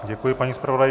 Děkuji, paní zpravodajko.